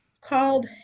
called